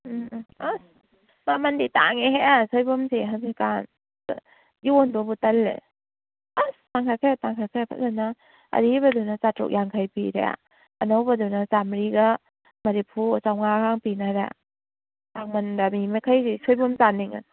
ꯎꯝ ꯎꯝ ꯑꯁ ꯃꯃꯟꯗꯤ ꯇꯥꯡꯉꯤꯍꯦ ꯁꯣꯏꯕꯨꯝꯁꯤ ꯍꯧꯖꯤꯛ ꯀꯥꯟ ꯌꯣꯟꯕꯕꯨ ꯇꯜꯂꯦ ꯑꯁ ꯇꯥꯡꯈꯠꯈ꯭ꯔꯦ ꯇꯥꯡꯈꯠꯈ꯭ꯔꯦ ꯐꯖꯅ ꯑꯔꯤꯕꯗꯨꯅ ꯆꯥꯇ꯭ꯔꯨꯛ ꯌꯥꯡꯈꯩ ꯄꯤꯔꯦ ꯑꯅꯧꯕꯗꯨꯅ ꯆꯥꯝꯃꯔꯤꯒ ꯃꯔꯤꯐꯨ ꯆꯥꯝꯃꯉꯥꯒ ꯄꯤꯅꯔꯦ ꯇꯥꯡꯃꯟꯗꯅ ꯃꯤ ꯃꯈꯩꯁꯤ ꯁꯣꯏꯕꯨꯝ ꯆꯥꯅꯤꯡꯉꯦ